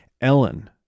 Ellen